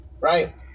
right